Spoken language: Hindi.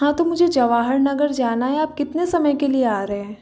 हाँ तो मुझे जवाहर नगर जाना है आप कितने समय के लिए आ रहे हैं